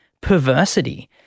perversity